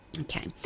Okay